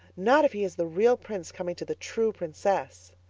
not if he is the real prince coming to the true princess,